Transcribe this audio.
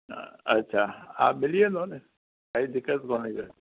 हा अच्छा हा मिली वेंदव न काई दिक़त कोन्हे को